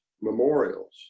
memorials